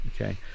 Okay